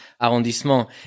arrondissement